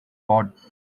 hot